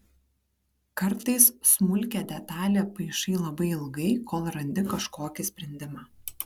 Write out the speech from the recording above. kartais smulkią detalią paišai labai ilgai kol randi kažkokį sprendimą